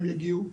והם יגיעו.